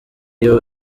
iyo